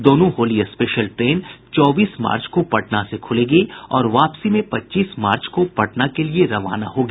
दोनों Holi special train चौबीस March को पटना से खुलेगी और वापसी में पच्चीस मार्च को पटना के लिए रवाना होगी